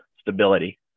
stability